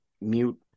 mute